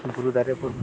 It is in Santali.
ᱵᱩᱨᱩ ᱫᱟᱨᱮ ᱠᱚᱱ